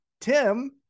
Tim